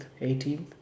18th